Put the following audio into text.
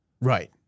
Right